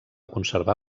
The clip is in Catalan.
conservar